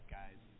guys